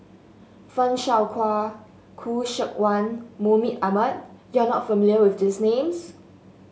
Fan Shao Hua Khoo Seok Wan Mahmud Ahmad you are not familiar with these names